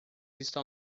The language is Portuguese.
estão